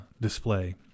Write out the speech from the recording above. display